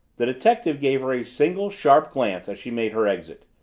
the detective gave her a single, sharp glance as she made her exit.